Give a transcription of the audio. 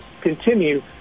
continue